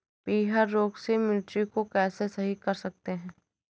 पीहर रोग से मिर्ची को कैसे सही कर सकते हैं?